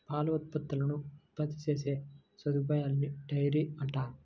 పాల ఉత్పత్తులను ఉత్పత్తి చేసే సదుపాయాన్నిడైరీ అంటారు